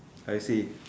I see